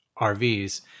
RVs